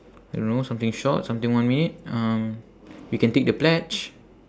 I don't know something short something one minute um you can take the pledge